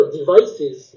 devices